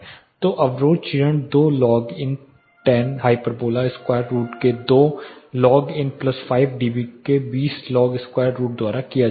तो अवरोध क्षीणन 2 log N tan hyperbola square root के 2 लॉग एन प्लस 5 डीबी के 20 लॉग स्क्वायर रूट द्वारा दिया जाता है